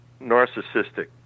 narcissistic